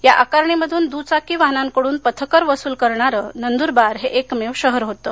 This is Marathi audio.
या आकारणीमधून द्चाकी वाहनांकडून पथकर वसूल करणारे नंद्रबार एकमेव शहर होतं